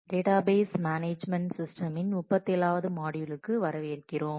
database management சிஸ்டமின் 37 வது மாட்யூலுக்கு வரவேற்கிறோம்